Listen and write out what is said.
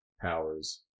powers